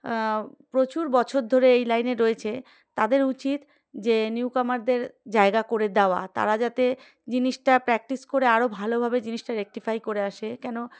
প্রচুর বছর ধরে এই লাইনে রয়েছে তাদের উচিত যে নিউকামারদের জায়গা করে দেওয়া তারা যাতে জিনিসটা প্র্যাকটিস করে আরও ভালোভাবে জিনিসটা রেক্টিফাই করে আসে কেন